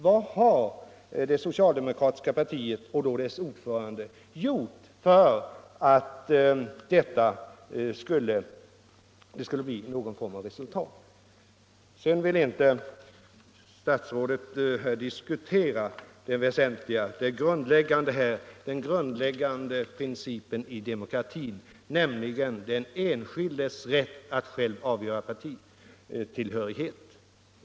Vad har det socialdemokratiska partiet och dess ordförande gjort för att det skall bli någon form av resultat? Sedan vill inte statsrådet här diskutera den grundläggande principen i demokratin, nämligen den enskildes rätt att själv avgöra partitillhörighet.